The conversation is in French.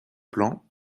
plan